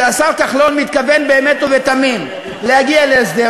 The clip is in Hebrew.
שהשר כחלון מתכוון באמת ובתמים להגיע להסדר,